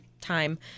time